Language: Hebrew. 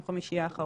יום חמישי האחרון,